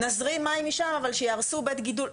נזרים מים משם אבל שיהרסו בית גידול,